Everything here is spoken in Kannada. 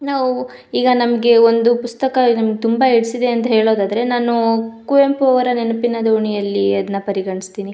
ನಾವು ಈಗ ನಮಗೆ ಒಂದು ಪುಸ್ತಕ ನಮ್ಗೆ ತುಂಬ ಹಿಡ್ಸಿದೆ ಅಂತ ಹೇಳೋದಾದರೆ ನಾನು ಕುವೆಂಪು ಅವರ ನೆನಪಿನ ದೋಣಿಯಲ್ಲಿ ಅದನ್ನ ಪರಿಗಣಿಸ್ತೀನಿ